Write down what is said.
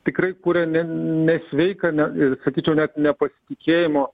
tikrai kuriame nesveiką na ir sakyčiau net nepasitikėjimo